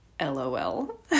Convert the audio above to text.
LOL